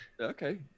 Okay